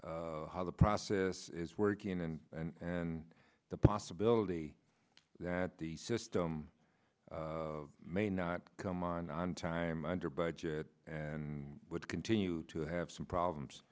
how the process is working and and the possibility that the system may not come on on time under budget and would continue to have some problems